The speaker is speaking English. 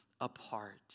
apart